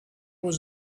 was